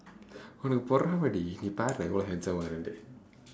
உனக்கு பொறாமடி நீ பாரு நான் எவ்வளவு:unakku poraamadi nii paaru naan evvalavu handsoma வரேனு :vareenu